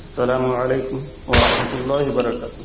السلام علیکم وورحمتہ اللہ و برکاتہ